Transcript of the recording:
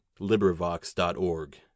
LibriVox.org